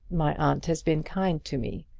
my aunt has been kind to me,